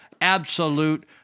absolute